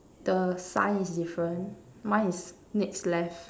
the sign is different mine is next left